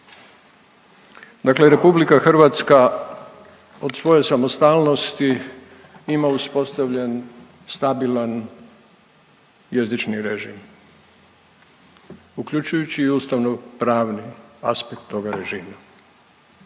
Dakle, RH od svoje samostalnosti ima uspostavljen stabilan jezični režim uključujući i ustavno pravni aspekt toga režima